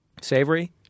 savory